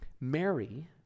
Mary